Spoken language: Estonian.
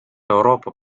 euroopa